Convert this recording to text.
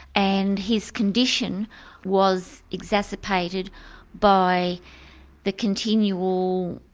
and his condition was exacerbated by the continual